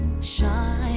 Shine